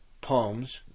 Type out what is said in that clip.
poems